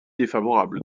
défavorable